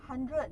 hundred